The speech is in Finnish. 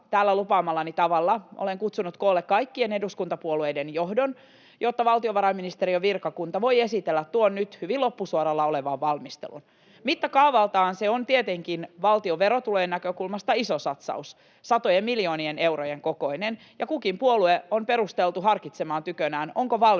täällä lupaamallani tavalla, olen kutsunut koolle kaikkien eduskuntapuolueiden johdon, jotta valtiovarainministeriön virkakunta voi esitellä tuon nyt hyvin loppusuoralla olevan valmistelun. Mittakaavaltaan se on tietenkin valtion verotulojen näkökulmasta iso satsaus, satojen miljoonien eurojen kokoinen, ja kukin puolue on perusteltu harkitsemaan tykönään, onko valmis